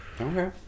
Okay